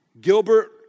Gilbert